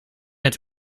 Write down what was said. het